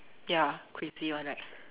ya crazy one right